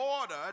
order